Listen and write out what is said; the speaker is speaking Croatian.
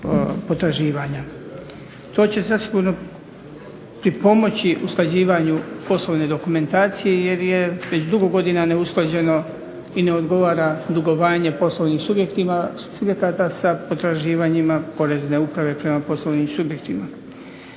To će zasigurno pripomoći usklađivanju poslovne dokumentacije, jer je već dugo godina neusklađeno i ne odgovara dugovanje poslovnih subjekata sa potraživanjima Porezne uprave prema poslovnim subjektima.